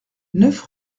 neuf